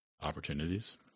opportunities